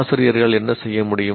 ஆசிரியர்கள் என்ன செய்ய முடியும்